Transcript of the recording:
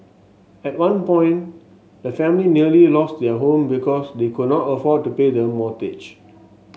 at one point the family nearly lost their home because they could not afford to pay the mortgage